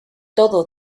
todo